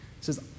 says